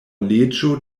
leĝo